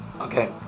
okay